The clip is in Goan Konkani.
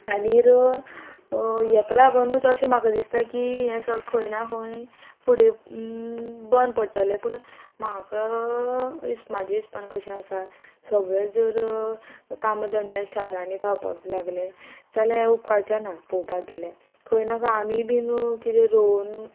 आनीर हेका लागोनूच अशें म्हाका दिसता की हें सग खंय ना खंय फुडें बंद पडटलें पूण म्हाका म्हाजे हिस्पान कशें आसा सगळें जर कामां धंद्या शारांनी धांवपाक लागले जाल्यार हें उपकारचें ना पोवपाक गेले खंय ना खंय आमीय बीन कितें रोवन